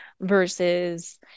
Versus